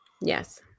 Yes